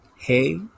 Hey